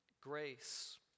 grace